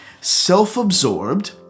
self-absorbed